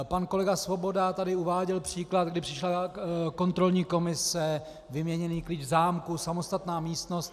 Pan kolega Svoboda tady uváděl příklad, kdy přišla kontrolní komise vyměněný klíč v zámku, samostatná místnost.